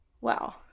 Wow